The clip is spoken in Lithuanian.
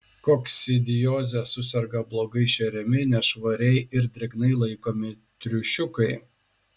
kokcidioze suserga blogai šeriami nešvariai ir drėgnai laikomi triušiukai